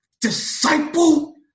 Disciple